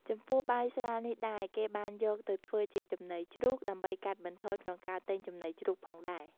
ចំពោះបាយស្រានេះដែល គេបានយកទៅធ្វើជាចំណីជ្រូក ដើម្បីកាត់បន្ថយក្នុងការទិញចំណីជ្រូកផងដែរ។